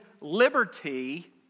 liberty